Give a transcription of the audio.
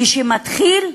כשזה מתחיל,